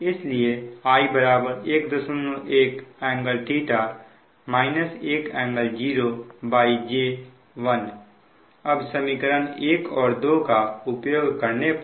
इसलिए I 11∟θ 1∟0 j1 अब समीकरण 1 और 2 का उपयोग करने पर